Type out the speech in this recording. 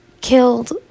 killed